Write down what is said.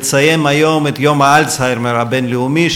לציין היום את יום האלצהיימר הבין-לאומי,